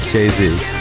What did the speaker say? Jay-Z